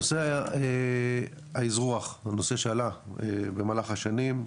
נושא האזרוח, נושא שעלה במהלך השנים,